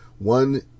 One